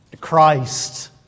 Christ